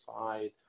side